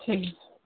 ঠিক আছে